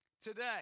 today